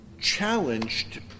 challenged